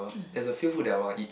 uh there's a few food that I want eat